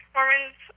Mormons